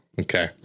Okay